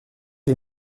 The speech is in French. les